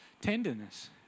tenderness